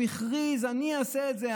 הוא הכריז: אני אעשה את זה,